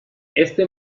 este